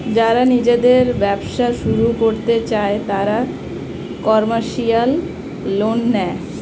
যারা নিজেদের ব্যবসা শুরু করতে চায় তারা কমার্শিয়াল লোন নেয়